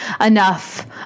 enough